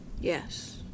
yes